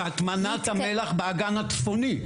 הטמנת המלח האגן הצפוני.